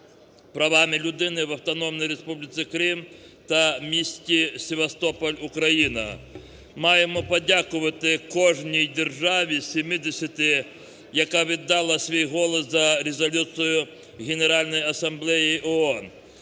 правами людини в Автономній Республіці Крим та місті Севастополь (Україна)". Маємо подякувати кожній державі з 70-ти, яка віддала свій голос за Резолюцію Генеральної асамблеї ООН.